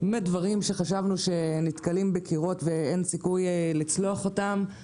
דברים שחשבנו שנתקלים בקירות ואין סיכוי לצלוח אותם אבל